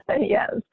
Yes